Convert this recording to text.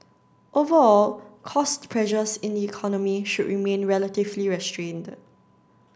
overall cost pressures in the economy should remain relatively restrained